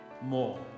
more